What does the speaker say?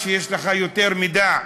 יש לך יותר מידע,